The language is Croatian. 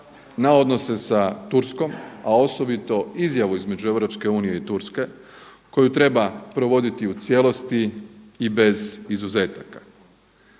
na odnose sa Turskom, a osobito izjavu između EU i Turske koju treba provoditi u cijelosti i bez izuzetaka.